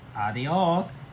adios